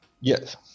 Yes